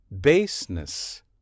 Baseness